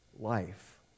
life